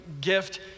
gift